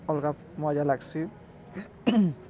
ଅଲ୍ଗା ମଜା ଲାଗ୍ସି